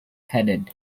headed